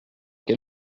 quel